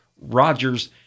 Rodgers